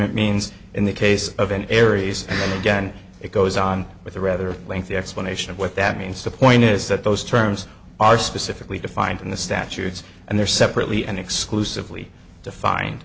nt means in the case of an aries and then again it goes on with a rather lengthy explanation of what that means the point is that those terms are specifically defined in the statutes and their separately and exclusively define